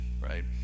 right